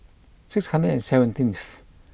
six hundred and seventeenth